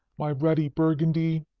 my ruddy burgundy!